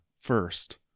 first